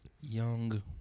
Young